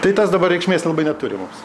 tai tas dabar reikšmės labai neturi mums